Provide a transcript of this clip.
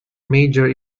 major